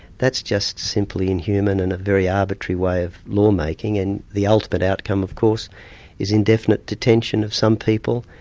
that's just simply inhuman and a very arbitrary way of law-making, and the ultimate outcome of course is indefinite detention of some people,